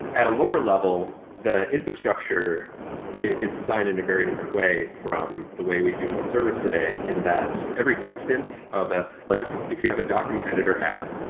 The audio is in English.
at a lower level, the infrastructure is designed in a very different way from the way we view most service today and that every instance of a like if you have a document editor app,